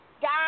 Guys